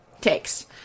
takes